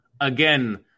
again